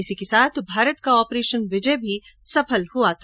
इसी के साथ भारत का ऑपरेशन विजय भी सफल हुआ था